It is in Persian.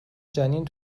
جنین